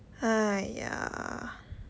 !haiya!